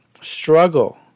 struggle